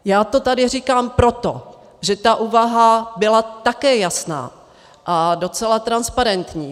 Já to tady říkám proto, že ta úvaha byla také jasná a docela transparentní.